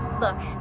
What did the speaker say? look,